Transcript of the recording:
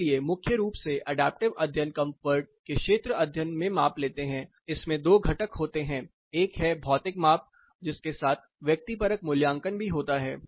इसलिए मुख्य रूप से ये अडैप्टिव अध्ययन कंफर्ट के क्षेत्र अध्ययन में माप लेते हैं इसमें दो घटक होते हैं एक है भौतिक माप जिसके साथ व्यक्तिपरक मूल्यांकन भी होता है